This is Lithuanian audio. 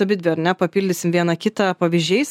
abidvi ar ne papildysim vieną kitą pavyzdžiais